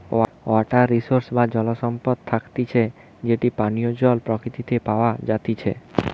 water resource বা জল সম্পদ থাকতিছে যেটি পানীয় জল প্রকৃতিতে প্যাওয়া জাতিচে